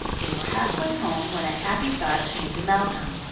they were half-way home when a happy thought came to malcolm.